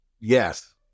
Yes